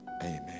Amen